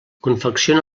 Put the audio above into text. confecciona